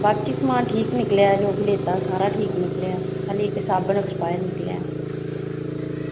बाकी समान ठीक निकलेआ जो बी लैते दा ठीक निकलेआ खाल्ली साबन एक्सपायर निकलेआ